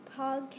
podcast